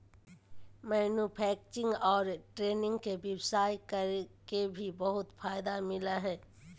manufacturing और trading के व्यवसाय कर के भी बहुत फायदा मिलय हइ